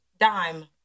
dime